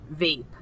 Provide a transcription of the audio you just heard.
vape